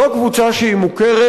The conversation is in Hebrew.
זו קבוצה שהיא מוכרת,